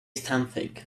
something